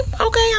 okay